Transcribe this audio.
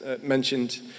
mentioned